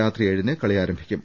രാത്രി ഏഴിന് കളി ആരം ഭിക്കും